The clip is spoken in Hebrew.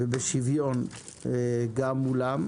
ובשוויון גם מולם.